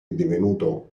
divenuto